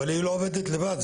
אבל היא לא עובדת לבד,